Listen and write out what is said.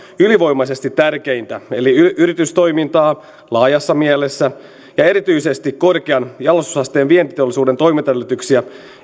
ylivoimaisesti tärkeintä eli yritystoimintaa laajassa mielessä ja erityisesti korkean jalostusasteen vientiteollisuuden toimintaedellytyksiä